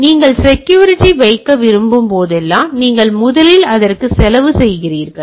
எனவே நீங்கள் செக்யூரிட்டி வைக்க விரும்பும் போதெல்லாம் நீங்கள் முதலில் அதற்கு அதிக செலவு செய்கிறீர்கள்